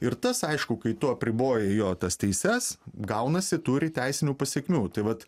ir tas aišku kai tu apribojai jo tas teises gaunasi turi teisinių pasekmių tai vat